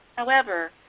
however,